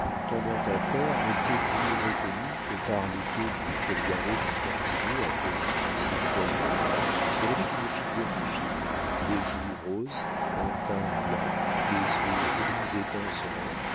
tombant à terre n'était plus retenu que par les deux bouts qu'elle gardait entortillés à demi dans ses poignets elle avait une figure fine des joues roses un teint blanc des yeux gris étincelants